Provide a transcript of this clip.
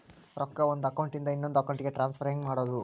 ರೊಕ್ಕ ಒಂದು ಅಕೌಂಟ್ ಇಂದ ಇನ್ನೊಂದು ಅಕೌಂಟಿಗೆ ಟ್ರಾನ್ಸ್ಫರ್ ಹೆಂಗ್ ಮಾಡೋದು?